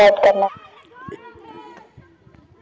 एक ठन कूकरी कतका अंडा दे सकथे?